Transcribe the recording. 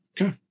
Okay